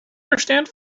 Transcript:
understand